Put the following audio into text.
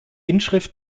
inschrift